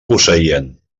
posseïen